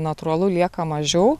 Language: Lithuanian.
natūralu lieka mažiau